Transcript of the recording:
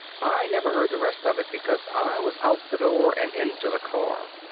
i never heard the rest of it because i was out the door and into the car.